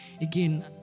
again